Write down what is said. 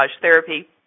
therapy